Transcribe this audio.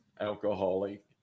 alcoholic